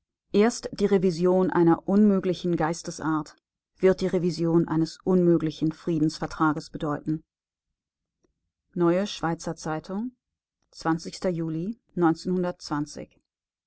erst die revision einer unmöglichen geistesart wird die revision eines unmöglichen friedensvertrages bedeuten neue schweizer zeitung juli